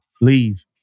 leave